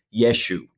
Yeshu